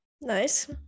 Nice